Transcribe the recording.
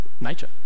nature